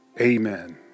Amen